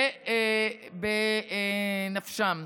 ובנפשם